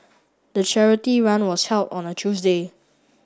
the charity run was held on a Tuesday